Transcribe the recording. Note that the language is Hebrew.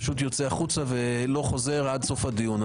פשוט יוצא החוצה ולא חוזר עד סוף הדיון.